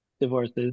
divorces